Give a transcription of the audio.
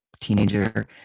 teenager